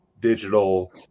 digital